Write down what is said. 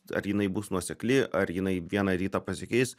ar jinai bus nuosekli ar jinai vieną rytą pasikeis